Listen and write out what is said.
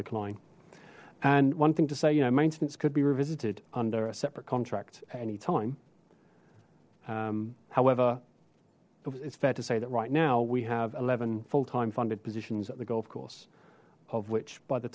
decline and one thing to say you know maintenance could be revisited under a separate contract anytime however it's fair to say that right now we have eleven full time funded positions at the golf course of which by the